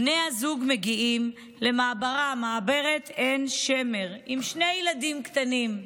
בני הזוג מגיעים למעברת עין שמר עם שני ילדים קטנים: